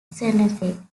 senate